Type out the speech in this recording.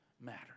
matter